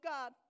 God